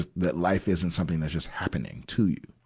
that life isn't something that's just happening to you.